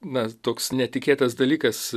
na toks netikėtas dalykas